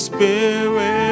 Spirit